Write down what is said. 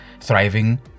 thriving